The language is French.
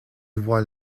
voit